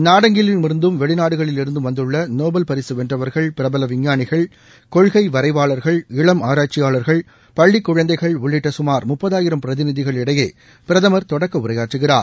நாடெங்கிலும் இருந்தும் வெளிநாடுகளில் இருந்தும் வந்துள்ள நோபல் பரிசுவென்றவர்கள் பிரபல விஞ்ஞானிகள் கொள்கை வரைவாளர்கள் இளம் ஆராய்ச்சியாளர்கள் பள்ளிக் குழந்தைகள் உள்ளிட்ட சுமார் முப்பதாயிரம் பிரதிநிதிகள் இடையே பிரதமர் தொடக்க உரையாற்றுகிறார்